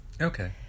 Okay